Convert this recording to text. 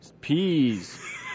peas